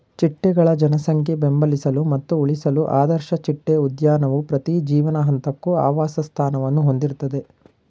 ಚಿಟ್ಟೆಗಳ ಜನಸಂಖ್ಯೆ ಬೆಂಬಲಿಸಲು ಮತ್ತು ಉಳಿಸಲು ಆದರ್ಶ ಚಿಟ್ಟೆ ಉದ್ಯಾನವು ಪ್ರತಿ ಜೀವನ ಹಂತಕ್ಕೂ ಆವಾಸಸ್ಥಾನವನ್ನು ಹೊಂದಿರ್ತದೆ